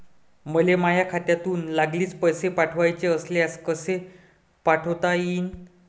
मले माह्या खात्यातून लागलीच पैसे पाठवाचे असल्यास कसे पाठोता यीन?